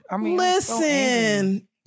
Listen